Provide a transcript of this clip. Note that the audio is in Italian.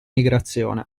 migrazione